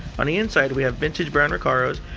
on the inside we have vintage brown recaros,